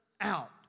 out